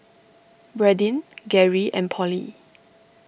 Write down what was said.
Bradyn Gary and Polly